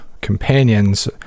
companions